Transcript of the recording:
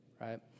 Right